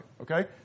okay